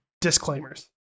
disclaimers